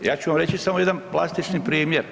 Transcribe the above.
Ja ću vam reći samo jedan plastični primjer.